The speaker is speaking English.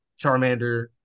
Charmander